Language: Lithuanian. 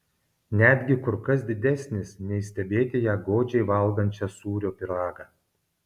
netgi kur kas didesnis nei stebėti ją godžiai valgančią sūrio pyragą